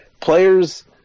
Players